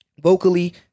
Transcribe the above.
vocally